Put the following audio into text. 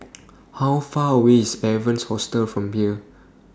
How Far away IS Evans Hostel from here